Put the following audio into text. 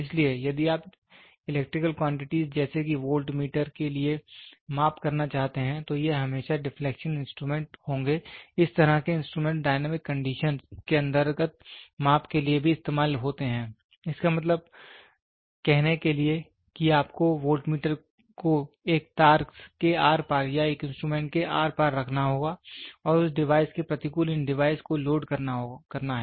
इसलिए यदि आप इलेक्ट्रिकल क्वांटिटीज जैसे कि वोल्ट मीटर के लिए माप करना चाहते हैं तो यह हमेशा डिफलेक्शन इंस्ट्रूमेंट होंगे इस तरह के इंस्ट्रूमेंट डायनेमिक कंडीशन के अंतर्गत माप के लिए भी इस्तेमाल होते हैं इसका मतलब कहने के लिए कि आपको वोल्ट मीटर को एक तार के आर पार या एक इंस्ट्रूमेंट के आर पार रखना होगा और उस डिवाइस के प्रतिकूल इन डिवाइस को लोड करना है